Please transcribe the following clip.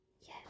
Yes